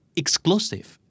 exclusive